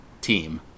team